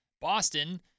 Boston